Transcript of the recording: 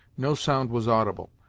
no sound was audible,